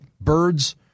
birds